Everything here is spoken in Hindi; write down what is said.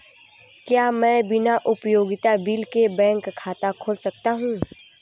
क्या मैं बिना उपयोगिता बिल के बैंक खाता खोल सकता हूँ?